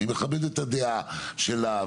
הישיבה נעולה.